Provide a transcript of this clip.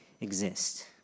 exist